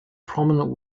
prominent